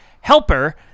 helper